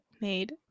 made